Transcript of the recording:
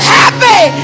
happy